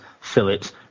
Phillips